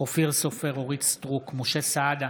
אופיר סופר, אינו נוכח אורית מלכה סטרוק, אינה